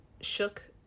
shook